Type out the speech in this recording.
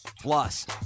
Plus